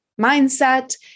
mindset